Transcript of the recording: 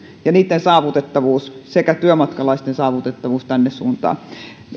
ja niitten saavutettavuus sekä työmatkalaisten saavutettavuus on varmistettava tänne suuntaan